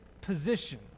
position